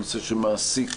הנושא שמעסיק